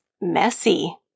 messy